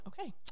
okay